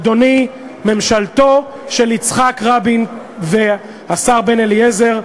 אדוני, ממשלתו של יצחק רבין והשר בן-אליעזר,